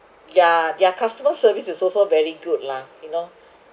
ya their customer service is also very good lah you know